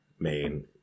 main